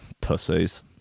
Pussies